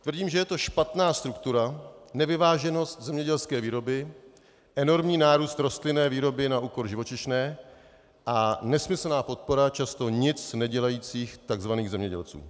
Tvrdím, že je to špatná struktura, nevyváženost zemědělské výroby, enormní nárůst rostlinné výroby na úkor živočišné a nesmyslná podpora často nicnedělajících tzv. zemědělců.